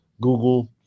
Google